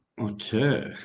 okay